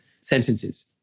sentences